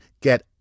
Get